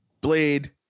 Blade